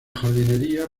jardinería